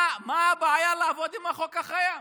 מה הבעיה לעבוד עם החוק הקיים?